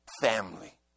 family